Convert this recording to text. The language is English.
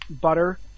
butter